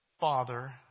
father